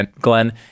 glenn